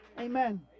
Amen